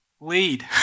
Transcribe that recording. Lead